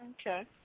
Okay